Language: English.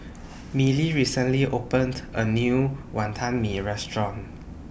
Milly recently opened A New Wonton Mee Restaurant